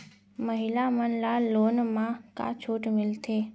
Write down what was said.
महिला मन ला लोन मा का छूट मिलथे?